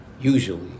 usually